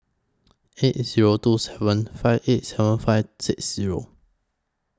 eight Zero two seven five eight seven five six Zero